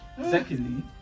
secondly